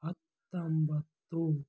ಹತ್ತೊಂಬತ್ತು